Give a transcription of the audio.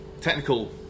technical